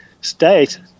state